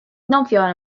nofio